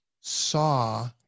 saw